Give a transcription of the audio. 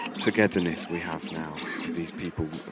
togetherness we have now are these people,